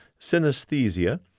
synesthesia